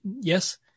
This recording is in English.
Yes